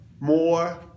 more